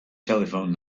telephone